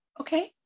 Okay